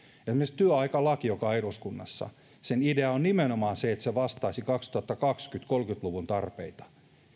esimerkiksi työaikalaki joka on eduskunnassa sen idea on nimenomaan se että se vastaisi kaksituhattakaksikymmentä viiva kaksituhattakolmekymmentä luvun tarpeita